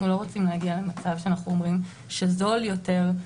אנו לא רוצים להגיע למצב שאנו אומרים שזול יותר,